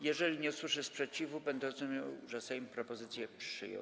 Jeżeli nie usłyszę sprzeciwu, będę rozumiał, że Sejm propozycję przyjął.